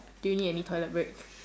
do you need any toilet break